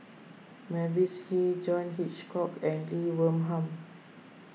Mavis Hee John Hitchcock and Lee Wee Nam